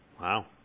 Wow